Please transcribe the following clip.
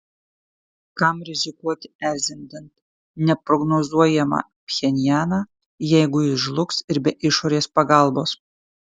kam rizikuoti erzinant neprognozuojamą pchenjaną jeigu jis žlugs ir be išorės pagalbos